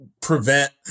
prevent